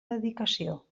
dedicació